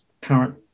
current